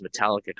metallica